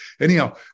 Anyhow